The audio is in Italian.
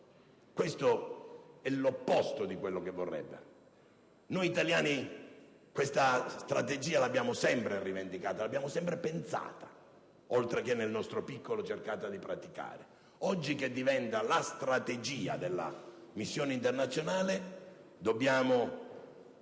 perché è l'opposto di ciò che vorrebbero. Noi italiani questa strategia l'abbiamo sempre rivendicata, l'abbiamo sempre pensata, oltre che, nel nostro piccolo, cercato di predicare. Oggi che diventa la strategia della missione internazionale, dobbiamo